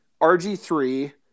RG3